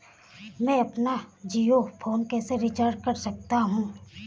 मैं अपना जियो फोन कैसे रिचार्ज कर सकता हूँ?